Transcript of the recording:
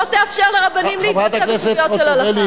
תאפשר לרבנים להתבטא בסוגיות של הלכה.